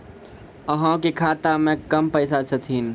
अहाँ के खाता मे कम पैसा छथिन?